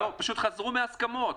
לא, פשוט חזרו מההסכמות.